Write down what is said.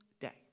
day